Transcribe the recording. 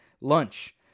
Lunch